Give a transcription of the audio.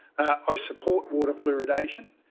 i support water fluoridation.